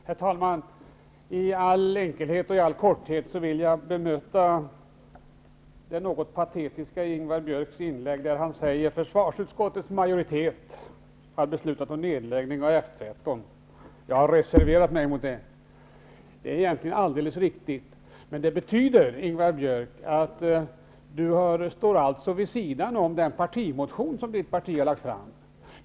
Herr talman! I all enkelhet och korthet vill jag bemöta det något patetiska i Ingvar Björks inlägg. Han säger att försvarsutskottets majoritet har beslutat om nedläggning av F 13 och att han har reserverat sig mot detta. Det är egentligen alldeles riktigt. Men det betyder egentligen att Ingvar Björk står vid sidan av den partimotion som hans parti har lagt fram.